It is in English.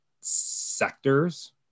sectors